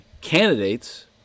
candidates